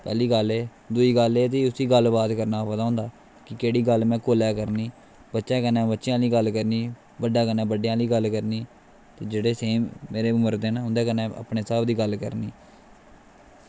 पैह्ली गल्ल एह् दूई गल्ल उस्सी गल्ल बात करने दा पता होंदा कि केह्ड़ी गल्ल में कुसलै करनी बच्चें कन्नै बच्चें आह्ली गल्ल करनी बड्डें कन्नै बड्डें आह्ली गल्ल करनी ते जेह्ड़े सेम न मेरी उमर दे उं'दे कन्नै उस्सै स्हाब दी गल्ल करनी